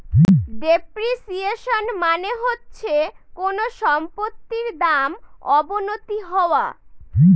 depreciation মানে হচ্ছে কোনো সম্পত্তির দাম অবনতি হওয়া